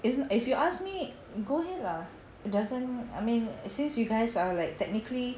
if if you ask me go ahead lah it doesn't I mean since you guys are like technically